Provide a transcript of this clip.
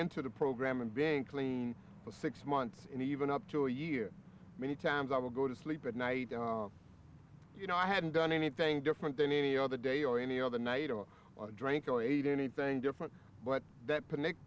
into the program and being clean for six months and even up to a year many times i will go to sleep at night you know i hadn't done anything different than any other day or any other night or drank or ate anything different but that p